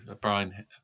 Brian